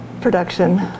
production